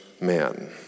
man